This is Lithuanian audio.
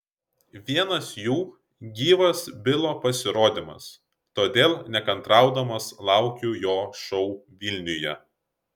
vienas jų gyvas bilo pasirodymas todėl nekantraudamas laukiu jo šou vilniuje